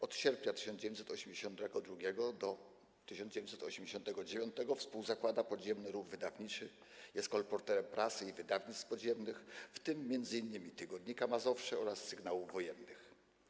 Od sierpnia 1982 r. do 1989 r. współzakłada podziemny ruch wydawniczy, jest kolporterem prasy i wydawnictw podziemnych, w tym m.in. „Tygodnika Mazowsze” oraz „Sygnałów Wojennych”